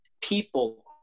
People